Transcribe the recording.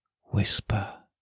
whisper